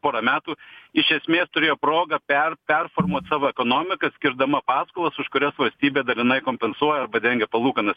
porą metų iš esmės turėjo progą per performuot savo ekonomiką skirdama paskolas už kurias valstybė dalinai kompensuoja ar padengia palūkanas